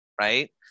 right